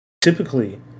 typically